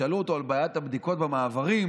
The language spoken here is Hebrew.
שאלו אותו על בעיית הבדיקות במעברים,